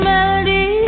Melody